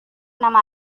nama